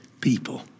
people